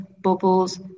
bubbles